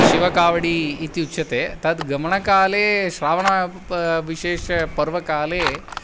शिवकावडी इति उच्यते तद् गमनकाले श्रावंणा पा विशेषपर्वकाले